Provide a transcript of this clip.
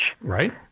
Right